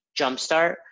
jumpstart